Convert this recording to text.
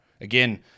Again